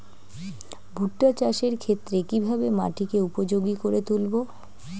ভুট্টা চাষের ক্ষেত্রে কিভাবে মাটিকে উপযোগী করে তুলবো?